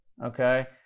okay